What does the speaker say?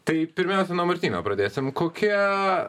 tai pirmiausia nuo martyno pradėsim kokia